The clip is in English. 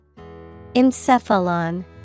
Encephalon